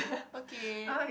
okay